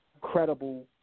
credible